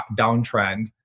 downtrend